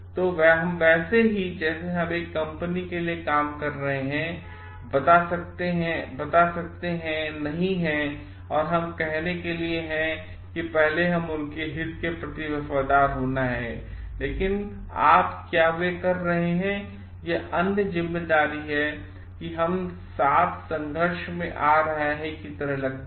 तो हम वैसे ही जैसे हम एक कंपनी के लिए काम कर रहे हैं बता सकते हैं नहीं है और हमकरने के लिए हैपहले उनके हित के प्रति वफादार होना है लेकिन आप क्या वे क्या कर रहे हैं यह अन्य जिम्मेदारी है कि हम साथ संघर्ष में आ रहा है की तरह लगता है